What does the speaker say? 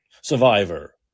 survivor